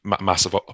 massive